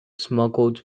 smuggled